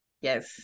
Yes